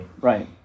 Right